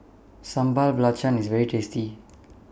Sambal Belacan IS very tasty